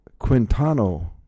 Quintano